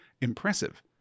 impressive